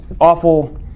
awful